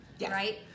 right